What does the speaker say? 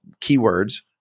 keywords